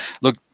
look